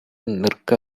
நிற்க